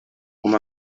com